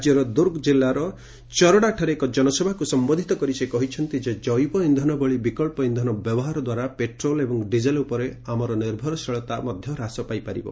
ରାକ୍ୟର ଦୁର୍ଗ ଜିଲ୍ଲାର ଚରଡ଼ାଠାରେ ଏକ ଜନସଭାକୁ ସମ୍ବୋଧିତ କରି ସେ କହିଛନ୍ତି ଯେ ଜେବ ଇନ୍ଧନ ଭଳି ବିକଳ୍ପ ଇନ୍ଧନ ବ୍ୟବହାର ଦ୍ୱାରା ପେଟ୍ରୋଲ୍ ଏବଂ ଡିଜେଲ୍ ଉପରେ ଆମର ନିର୍ଭରଶୀଳତା ମଧ୍ୟ ହ୍ରାସ ପାଇବ